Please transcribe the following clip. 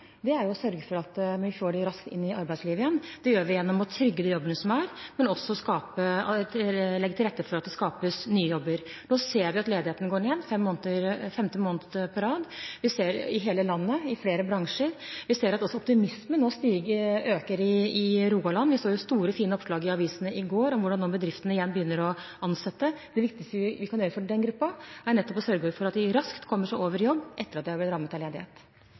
å sørge for at vi får dem raskt inn i arbeidslivet igjen. Det gjør vi gjennom å trygge de jobbene som finnes, men også ved å legge til rette for at det skapes nye jobber. Nå ser vi at ledigheten går ned for femte måned på rad – i hele landet og i flere bransjer. Vi ser også at optimismen nå stiger i Rogaland. Vi så store, fine oppslag i avisene i går om hvordan bedriftene igjen begynner å ansette. Det viktigste vi kan gjøre for den gruppen, er å sørge for at de raskt kommer seg i jobb etter at de har blitt rammet av ledighet.